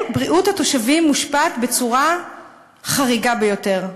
בריאות התושבים מושפעת בצורה חריגה ביותר.